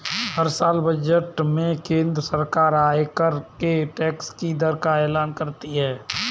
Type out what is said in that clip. हर साल बजट में केंद्र सरकार आयकर के टैक्स की दर का एलान करती है